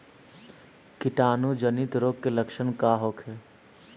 कीटाणु जनित रोग के लक्षण का होखे?